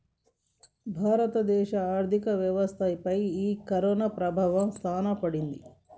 భారత దేశ ఆర్థిక వ్యవస్థ పై ఈ కరోనా ప్రభావం సాన పడింది